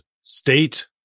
state